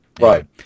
right